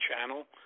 channel